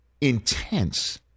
intense